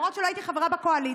ולמרות שלא הייתי חברה בקואליציה